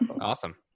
Awesome